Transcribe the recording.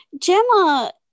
Gemma